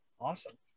Awesome